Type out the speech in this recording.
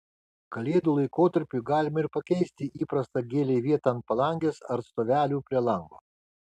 kalėdų laikotarpiui galima ir pakeisti įprastą gėlei vietą ant palangės ar stovelių prie lango